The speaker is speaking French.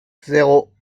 zéro